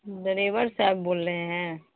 driver صاحب بول رہے ہیں